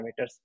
parameters